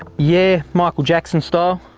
yeah, michael jackson style.